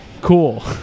cool